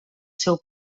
seu